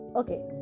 okay